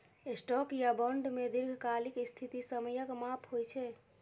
stock या bond मे दीर्घकालिक स्थिति समयक माप होइ छै